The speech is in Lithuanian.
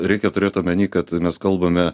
reikia turėt omeny kad mes kalbame